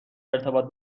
ارتباط